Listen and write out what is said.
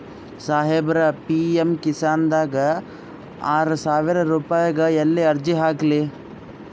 ಸಾಹೇಬರ, ಪಿ.ಎಮ್ ಕಿಸಾನ್ ದಾಗ ಆರಸಾವಿರ ರುಪಾಯಿಗ ಎಲ್ಲಿ ಅರ್ಜಿ ಹಾಕ್ಲಿ?